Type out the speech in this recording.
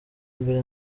mbere